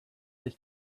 this